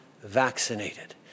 vaccinated